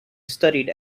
studied